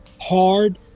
hard